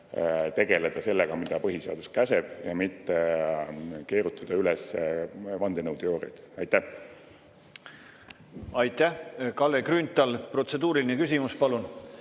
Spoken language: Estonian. tegeleda sellega, mida põhiseadus käsib, ja mitte keerutada üles vandenõuteooriaid. Aitäh! Kalle Grünthal, protseduuriline küsimus, palun!